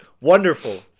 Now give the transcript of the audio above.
Wonderful